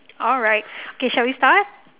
alright shall we start